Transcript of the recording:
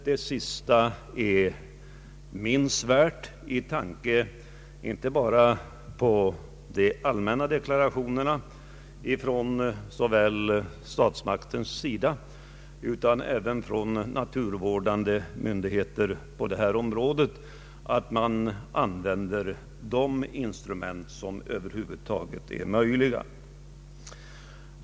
Det sista är inte minst värt med tanke på de allmänna deklarationerna från såväl statsmakternas sida som från naturvårdande myndigheter på detta område att man skall använda de instrument som över huvud taget är möjliga.